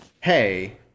Hey